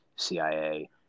CIA